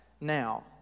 now